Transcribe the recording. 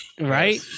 Right